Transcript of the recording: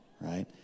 right